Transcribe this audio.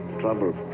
trouble